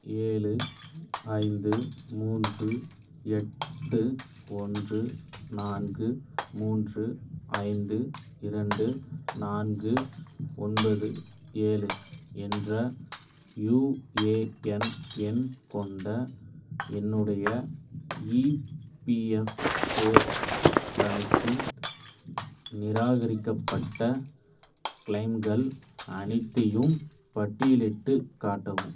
ஏழு ஐந்து மூன்று எட்டு ஒன்று நான்கு மூன்று ஐந்து இரண்டு நான்கு ஒன்பது ஏழு என்ற யுஏஎன் எண் கொண்ட என்னுடைய இபிஎஃப்ஓ கணக்கின் நிராகரிக்கப்பட்ட க்ளைம்கள் அனைத்தையும் பட்டியலிட்டுக் காட்டவும்